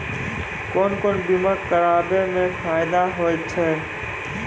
कोन कोन बीमा कराबै मे फायदा होय होय छै?